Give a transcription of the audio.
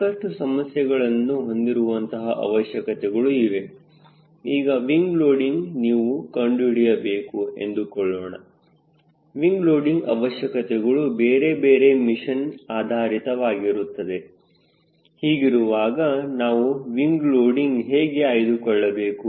ಸಾಕಷ್ಟು ಸಮಸ್ಯೆಗಳನ್ನು ಹೊಂದಿರುವಂತಹ ಅವಶ್ಯಕತೆಗಳು ಇವೆ ಈಗ ವಿಂಗ್ ಲೋಡಿಂಗ್ ನೀವು ಕಂಡುಹಿಡಿಯಬೇಕು ಎಂದುಕೊಳ್ಳೋಣ ವಿಂಗ್ ಲೋಡಿಂಗ್ ಅವಶ್ಯಕತೆಗಳು ಬೇರೆ ಬೇರೆ ಮಿಷನ್ ಆಧಾರಿತವಾಗಿರುತ್ತದೆ ಹೀಗಿರುವಾಗ ನಾವು ವಿಂಗ್ ಲೋಡಿಂಗ್ ಹೇಗೆ ಆಯ್ದುಕೊಳ್ಳಬೇಕು